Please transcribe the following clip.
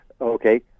Okay